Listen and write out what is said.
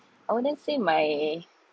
I wouldn't say my